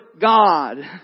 God